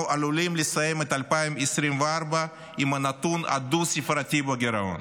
אנחנו עלולים לסיים את 2024 עם נתון דו-ספרתי בגירעון.